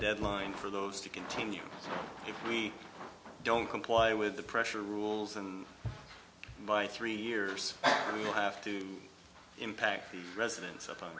deadline for those to continue if we don't comply with the pressure rules and by three years i mean you have to impact the residents up